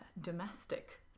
domestic